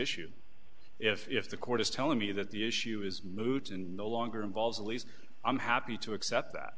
issue if the court is telling me that the issue is moot and no longer involves a lease i'm happy to accept that